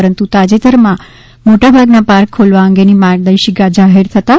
પરંતુ તાજેતરમાં મોટાભાગના પાર્ક ખોલવા અંગે માર્ગદર્શિકા જાહેર થયેલ છે